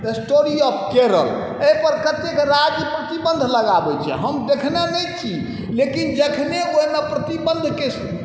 story of Kerala एहिपर कतेक राज्य प्रतिबन्ध लगाबै छै हम देखने नहि छी लेकिन जखने ओहिमे प्रतिबन्धके